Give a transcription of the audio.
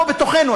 פה בתוכנו,